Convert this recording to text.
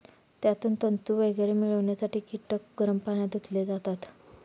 त्यातून तंतू वगैरे मिळवण्यासाठी कीटक गरम पाण्यात धुतले जातात